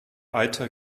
eiter